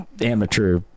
Amateur